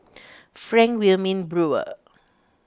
Frank Wilmin Brewer